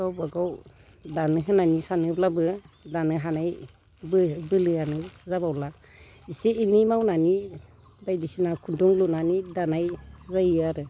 गावबागाव दानो होननानै सानोब्लाबो दानो हानाय बोलोआनो जाबावला एसे एनै मावनानै बायदिसिना खुन्दुं लुनानै दानाय जायो आरो